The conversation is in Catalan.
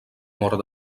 mort